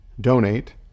donate